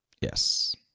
Yes